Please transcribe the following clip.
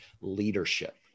leadership